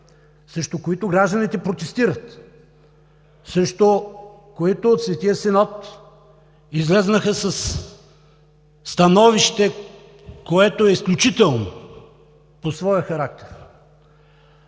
срещу които гражданите протестират, срещу които Светият Синод излезе със становище, което е изключително по своя характер.